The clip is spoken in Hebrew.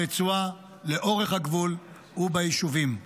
ברצועה לאורך הגבול וביישובים.